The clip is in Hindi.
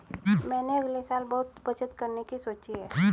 मैंने अगले साल बहुत बचत करने की सोची है